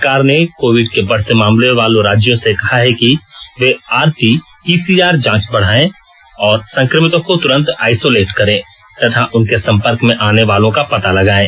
सरकार ने कोविड के बढ़ते मामलों वाले राज्यों से कहा है कि वे आरटी पीसीआर जांच बढ़ायें और संक्रमितों को तुरंत आइसोलेट करें तथा उनके सम्पर्क में आने वालों का पता लगायें